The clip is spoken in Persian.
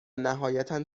نهایتا